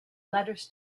letters